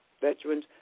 veterans